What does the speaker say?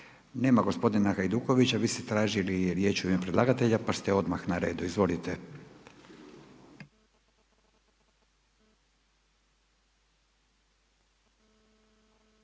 nema gospodina Hajdukovića, vi ste tražili riječ u ime predlagatelja pa ste odmah na redu. Izvolite.